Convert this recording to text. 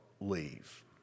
leave